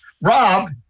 Rob